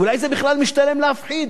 אולי בכלל זה משתלם להפחיד,